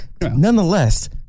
nonetheless